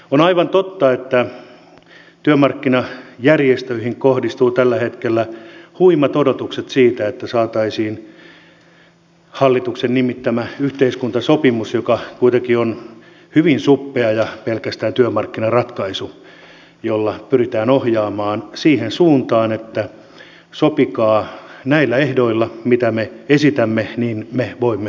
on aivan totta että työmarkkinajärjestöihin kohdistuu tällä hetkellä huimat odotukset siitä että saataisiin hallituksen nimittämä yhteiskuntasopimus joka kuitenkin on hyvin suppea ja pelkästään työmarkkinaratkaisu jolla pyritään ohjaamaan siihen suuntaan että sopikaa näillä ehdoilla mitä me esitämme niin me voimme sopia